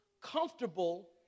comfortable